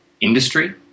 industry